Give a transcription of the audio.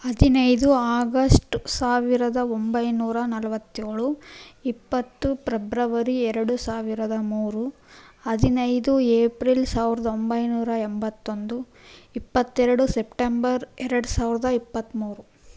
ಹದಿನೈದು ಆಗಸ್ಟ್ ಸಾವಿರದ ಒಂಬೈನೂರ ನಲವತ್ತೇಳು ಇಪ್ಪತ್ತು ಪ್ರೆಬ್ರವರಿ ಎರಡು ಸಾವಿರದ ಮೂರು ಹದಿನೈದು ಏಪ್ರಿಲ್ ಸಾವಿರದ ಒಂಬೈನೂರ ಎಂಬತ್ತೊಂದು ಇಪ್ಪತ್ತೆರಡು ಸೆಪ್ಟೆಂಬರ್ ಎರಡು ಸಾವಿರದ ಇಪ್ಪತ್ತ್ಮೂರು